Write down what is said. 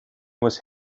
was